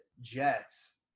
Jets